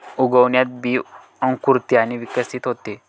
उगवणात बी अंकुरते आणि विकसित होते